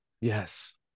Yes